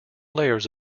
layers